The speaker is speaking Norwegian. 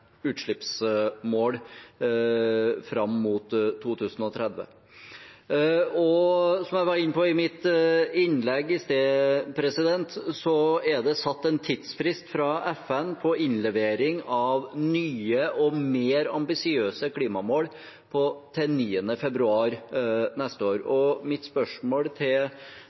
utslippsmål fram mot 2030. Som jeg var inne på i mitt innlegg i sted, er det satt en tidsfrist fra FN for innlevering av nye og mer ambisiøse klimamål til 9. februar neste år. Mitt spørsmål til